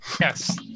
Yes